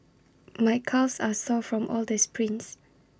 my calves are sore from all the sprints